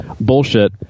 bullshit